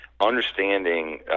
understanding